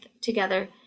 together